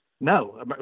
no